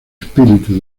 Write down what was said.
espíritu